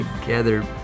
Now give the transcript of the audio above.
together